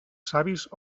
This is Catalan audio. savis